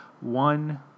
one